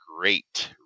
great